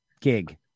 gig